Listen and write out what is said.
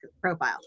profile